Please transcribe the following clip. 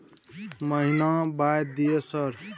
महीना बाय दिय सर?